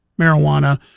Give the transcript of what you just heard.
marijuana